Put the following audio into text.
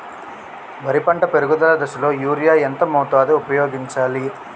వరి పంట పెరుగుదల దశలో యూరియా ఎంత మోతాదు ఊపయోగించాలి?